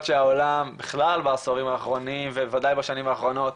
שהעולם בכלל בעשורים האחרונים ובוודאי בשנים האחרונות,